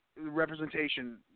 representation